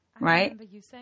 Right